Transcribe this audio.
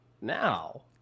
Now